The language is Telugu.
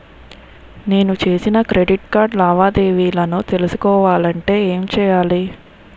నేను చేసిన క్రెడిట్ కార్డ్ లావాదేవీలను తెలుసుకోవాలంటే ఏం చేయాలి?